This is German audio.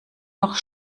noch